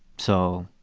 so.